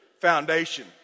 foundation